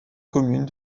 commune